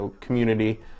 community